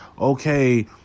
okay